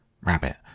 Rabbit